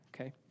Okay